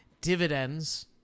dividends